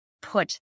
put